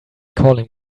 calling